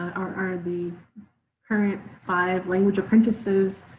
are the current five language apprentices